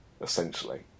essentially